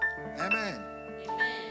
Amen